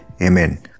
Amen